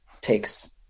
takes